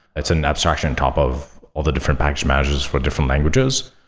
it's an abstraction on top of all the different package managers for different languages.